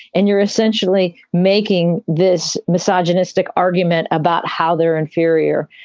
and you're essentially making this misogynistic argument about how they're inferior.